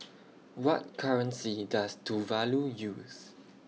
What currency Does Tuvalu use